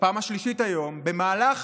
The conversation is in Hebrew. בפעם השלישית היום, במהלך